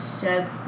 sheds